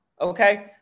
Okay